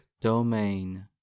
domain